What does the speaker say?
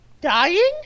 dying